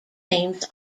aims